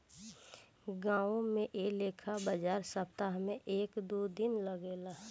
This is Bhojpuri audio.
गांवो में ऐ लेखा बाजार सप्ताह में एक दू दिन लागेला